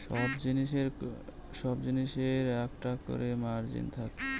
সব জিনিসের একটা করে মার্জিন থাকে